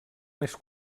més